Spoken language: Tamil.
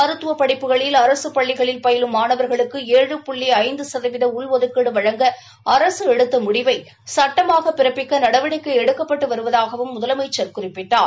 மருத்துவ படிப்புகளில் அரசு பள்ளிகளில் பயிலும் மாணவர்களுக்கு ஏழு புள்ளி ஐந்து சதவீத உள்டுதுக்கீடு வழங்க அரசு எடுத்த முடிவை சட்டமாக பிறப்பிக்க நடவடிக்கை எடுக்கப்பட்டு வருவதாகவும் முதலமைச்சர் குறிப்பிட்டார்